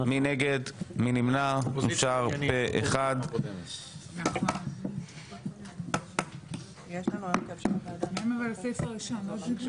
1. הצעת חוק הספורט (תיקון מס' 16)